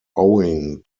owing